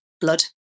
blood